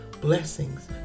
blessings